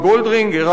ערן בריל,